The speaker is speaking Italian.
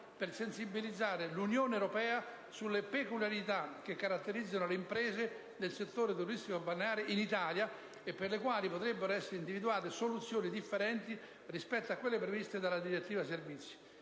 per sensibilizzare l'Unione europea sulle peculiarità che caratterizzano le imprese del settore turistico-balneare in Italia e per le quali potrebbero essere individuate soluzioni differenti rispetto a quelle previste dalla "direttiva servizi",